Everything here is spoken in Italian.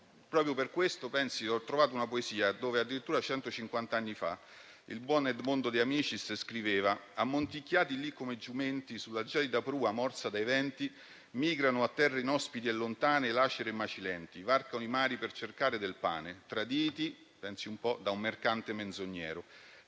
Proprio per questo - pensi - ho trovato una poesia. Addirittura centocinquanta anni fa il buon Edmondo De Amicis scriveva: «Ammonticchiati là come giumenti / sulla gelida prua morsa dai venti, / migrano a terre inospiti e lontane; / laceri e macilenti, / varcano i mari per cercar del pane. / Traditi» - pensi un po' - «da un mercante menzognero,